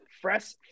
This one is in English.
fresh